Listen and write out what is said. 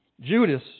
Judas